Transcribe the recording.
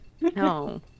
No